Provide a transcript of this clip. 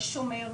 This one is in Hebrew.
יש שומר,